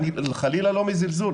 וחלילה לא מזלזול,